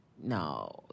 no